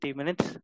minutes